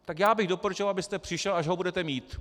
Tak já bych doporučoval, abyste přišel, až ho budete mít.